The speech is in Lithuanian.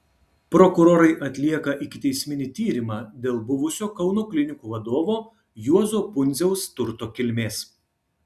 prokurorai atlieka ikiteisminį tyrimą dėl buvusio kauno klinikų vadovo juozo pundziaus turto kilmės